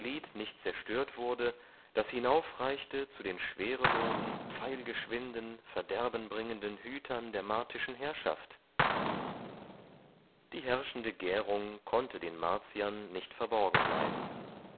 nicht zerstört wurde das hinaufreichte zu den schwerelosen pfeilgeschwinden verderbenbringenden hütern der martischen herrschaft die herrschende gärung konnte den martiern nicht verborgen bleiben